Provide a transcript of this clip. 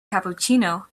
cappuccino